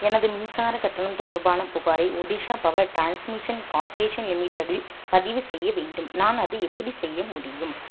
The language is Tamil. எனது மின்சார கட்டணம் தொடர்பான புகாரை ஒரிஷா பவர் ட்ரான்ஸ்மிஷன் கார்ப்ரேஷன் லிமிட்டில் பதிவு செய்ய வேண்டும் நான் அதை எப்படி செய்ய முடியும்